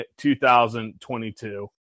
2022